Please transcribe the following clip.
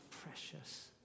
precious